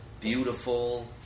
beautiful